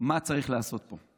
מה צריך לעשות פה.